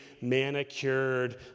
manicured